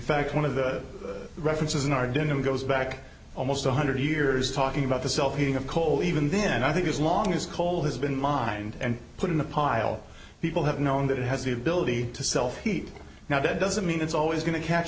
fact one of the references in our doom goes back almost one hundred years talking about the self heating of coal even then i think as long as coal has been mined and put in a pile people have known that it has the ability to self heat now that doesn't mean it's always going to catch